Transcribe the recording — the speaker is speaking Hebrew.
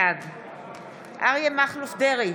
בעד אריה מכלוף דרעי,